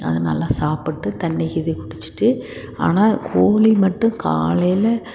அது நல்லா சாப்பிட்டு தண்ணி இது குடிச்சுட்டு ஆனால் கோழி மட்டும் காலையில்